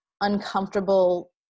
uncomfortable